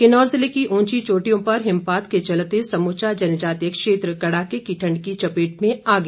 किन्नौर ज़िले की ऊंची चोटियों पर हिमपात के चलते समूचा जनजातीय क्षेत्र कड़ाके की ठण्ड की चपेट में आ गया